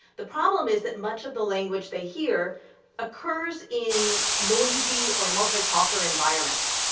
the problem is that much of the language they hear occurs in noisy or multi-talker environments.